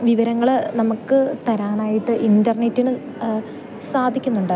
വിവരങ്ങൾ നമുക്ക് തരാനായിട്ട് ഇൻ്റർനെറ്റിന് സാധിക്കുന്നുണ്ട്